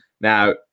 Now